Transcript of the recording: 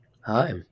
Hi